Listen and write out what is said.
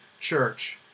church